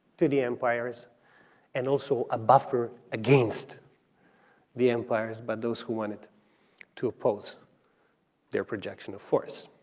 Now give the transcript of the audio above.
to the empires and also a buffer against the empires by those who wanted to oppose their projection of force.